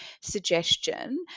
suggestion